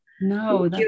no